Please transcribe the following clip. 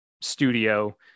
studio